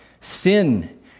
Sin